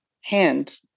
hand